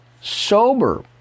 sober